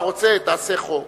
אתה רוצה, תעשה חוק.